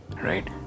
right